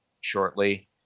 shortly